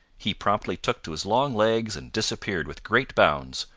he promptly took to his long legs and disappeared with great bounds,